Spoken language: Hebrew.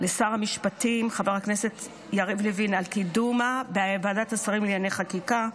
לשר המשפטים חבר הכנסת יריב לוין על קידומה בוועדת השרים לענייני חקיקה.